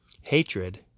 hatred